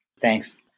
Thanks